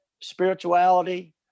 spirituality